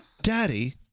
Daddy